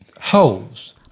holes